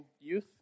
youth